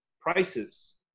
prices